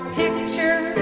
picture